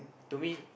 to me